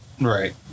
Right